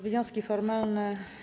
Wnioski formalne.